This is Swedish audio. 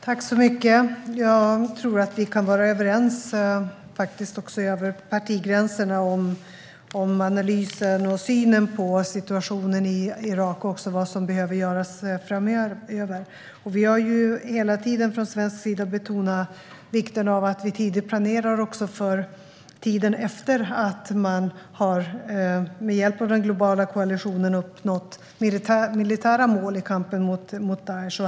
Herr talman! Jag tror att vi kan vara överens, också över partigränserna, om analysen av och synen på situationen i Irak och om vad som behöver göras framöver. Vi har från svensk sida hela tiden betonat vikten av att vi tidigt planerar för tiden också efter det att man, med hjälp av den globala koalitionen, har uppnått militära mål i kampen mot Daish.